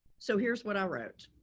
so here's what i wrote.